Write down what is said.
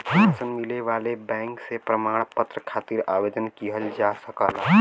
pension मिले वाले bank से प्रमाण पत्र खातिर आवेदन किहल जा सकला